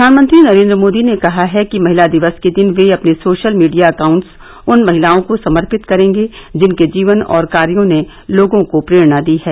प्रधानमंत्री नरेन्द्र मोदी ने कहा है कि महिला दिवस के दिन वे अपने सोशल मीडिया अकाउंट्स उन महिलाओं को समर्पित करेंगे जिनके जीवन और कार्यो ने लोगों को प्रेरणा दी है